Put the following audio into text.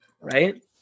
Right